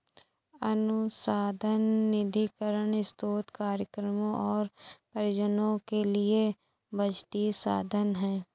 अनुसंधान निधीकरण स्रोत कार्यक्रमों और परियोजनाओं के लिए बजटीय संसाधन है